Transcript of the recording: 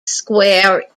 square